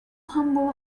humble